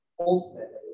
Ultimately